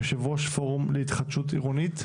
יושב ראש פורום להתחדשות עירונית.